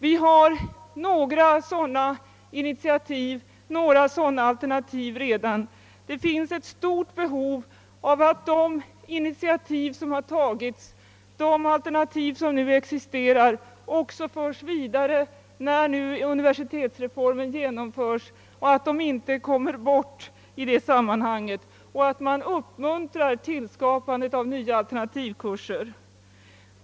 Det finns redan några sådana alternativ, men det är ett stort behov av att de initiativ som tagits och de alternativ som nu existerar också förs vidare när nu universitetsreformen skall genomföras och alltså inte kommer bort i detta sammanhang. På samma sätt bör man uppmuntra tillskapandet av nya alternativkurser.